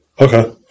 Okay